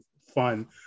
fun